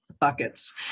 buckets